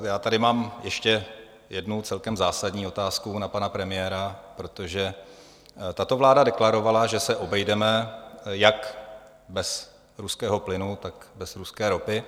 Já tady mám ještě jednu celkem zásadní otázku na pana premiéra, protože tato vláda deklarovala, že se obejdeme jak bez ruského plynu, tak bez ruské ropy.